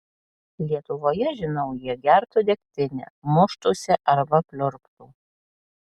lietuvoje žinau jie gertų degtinę muštųsi arba pliurptų